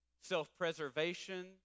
self-preservation